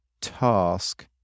task